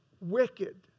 Wicked